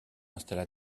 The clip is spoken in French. installa